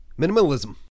Minimalism